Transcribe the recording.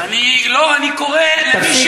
אני קורא אותך פעם